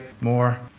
more